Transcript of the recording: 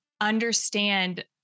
understand